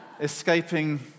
Escaping